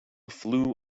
flew